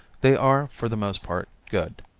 they are, for the most part, good.